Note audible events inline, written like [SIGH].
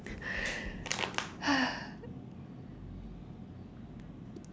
[BREATH]